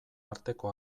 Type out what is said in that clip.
arteko